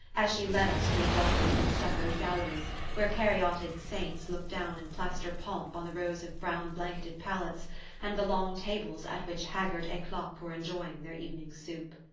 as she led us through vaulted and stuccoed galleries where caryatid-saints look down in plaster pomp on the rows of brown-blanketed pallets and the long tables at which haggard eclopes were enjoying their evening soup.